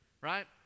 right